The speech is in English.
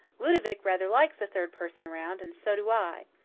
ludovic rather likes a third person around, and so do i.